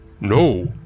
No